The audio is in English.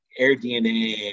AirDNA